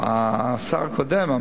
השר הקודם,